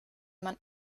man